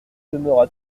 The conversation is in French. demeura